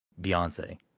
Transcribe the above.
Beyonce